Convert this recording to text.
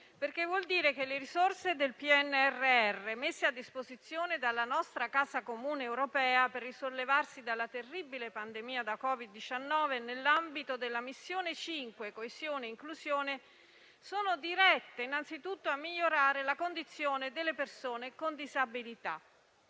perché vuol dire che le risorse del PNRR messe a disposizione dalla nostra Casa comune europea per risollevarsi dalla terribile pandemia da Covid-19 nell'ambito della Missione 5 (coesione e inclusione) sono dirette anzitutto a migliorare la condizione delle persone con disabilità.